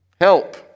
Help